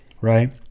right